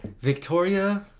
Victoria